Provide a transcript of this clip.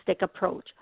approach